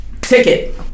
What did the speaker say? Ticket